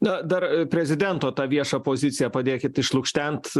na dar prezidento tą viešą poziciją padėkit išlukštent